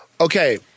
Okay